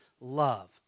love